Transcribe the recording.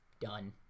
done